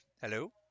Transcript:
Hello